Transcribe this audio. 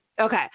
Okay